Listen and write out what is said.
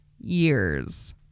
years